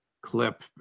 clip